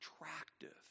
attractive